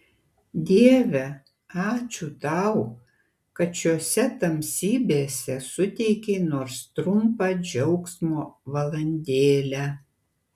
dieve ačiū tau kad šiose tamsybėse suteikei nors trumpą džiaugsmo valandėlę